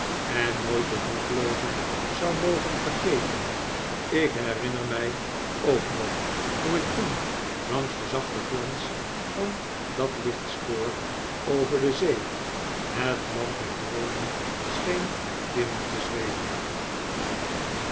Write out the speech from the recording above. en nooit de dakloozen zou mogen vergeten ik herinner mij ook nog hoe ik toen langs den zachten glans van dat lichtspoor over de zee het land der droomen scheen binnen te zweven